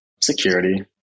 Security